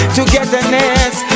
Togetherness